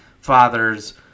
fathers